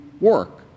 work